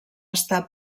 estar